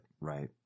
Right